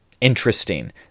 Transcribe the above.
interesting